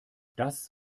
das